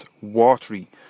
watery